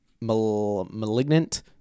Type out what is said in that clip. Malignant